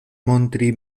montri